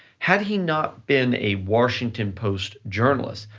had he not been a washington post journalist,